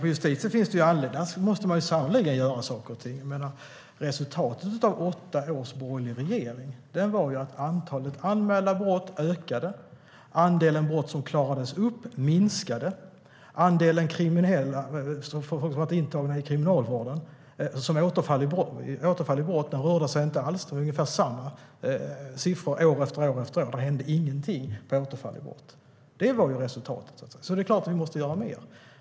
På Justitiedepartementet måste man sannerligen göra saker och ting, men resultatet av åtta års borgerlig regering var att antalet anmälda brott ökade, andelen brott som klarades upp minskade och antalet återfallskriminella i kriminalvården rörde sig inte alls. Siffrorna var ungefär desamma år efter år. Det hände ingenting med dem som hade återfallit i brott. Det var ju resultatet. Så det är klart att ni måste göra mer.